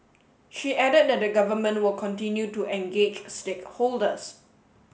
she added that the government will continue to engage stakeholders